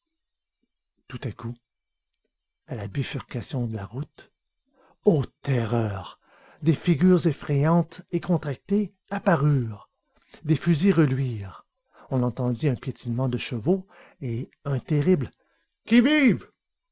tout à coup à la bifurcation de la route ô terreur des figures effrayantes et contractées apparurent des fusils reluisirent on entendit un piétinement de chevaux et un terrible qui vive